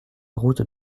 route